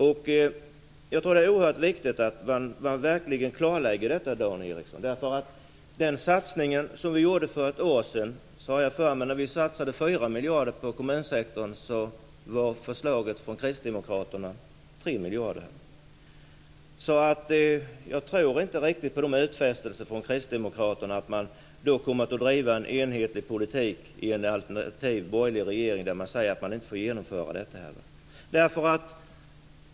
Jag tror att det är oerhört viktigt att man verkligen klarlägger detta, Dan Ericsson. Vi gjorde en satsning för ett år sedan. När vi då satsade fyra miljarder på kommunsektorn har jag för mig att förslaget från Kristdemokraterna var tre miljarder. Så jag tror inte riktigt på de här utfästelserna från Kristdemokraterna att man kommer att driva en enhetlig politik i en borgerlig regering som säger att man inte får genomföra detta.